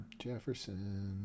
Jefferson